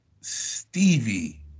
Stevie